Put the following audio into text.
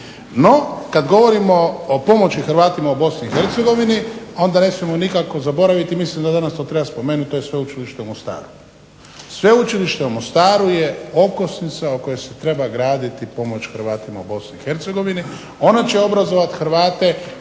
No, kad govorimo o pomoći Hrvatima u Bosni i Hercegovini, onda ne smijemo nikako zaboraviti, mislim da danas to treba spomenuti, to je sveučilište u Mostaru. Sveučilište u Mostaru je okosnica o kojoj se treba graditi pomoć Hrvatima u Bosni i Hercegovini, ono će obrazovati Hrvate